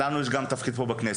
גם לנו יש תפקיד פה בכנסת.